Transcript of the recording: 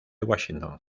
washington